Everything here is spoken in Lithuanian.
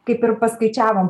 kaip ir paskaičiavom